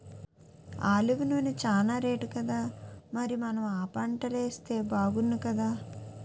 olive నూనె చానా రేటుకదా మరి మనం ఆ పంటలేస్తే బాగుణ్ణుకదా